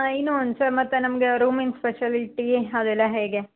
ಇನ್ನು ಒಂದು ಸರ್ ಮತ್ತು ನಮ್ಗೆ ರೂಮಿನ ಫೆಸಿಲಿಟಿ ಅದೆಲ್ಲ ಹೇಗೆ